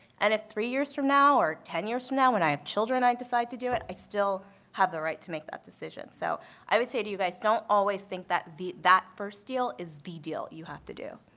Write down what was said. and if three years from now or ten years from now when i have children i decide to do it, i still have the right to make that decision. so i would say to you guys, don't always think that that first deal is the deal you have to do.